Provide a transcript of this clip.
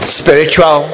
spiritual